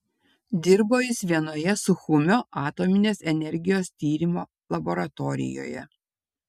dirbo jis vienoje suchumio atominės energijos tyrimo laboratorijoje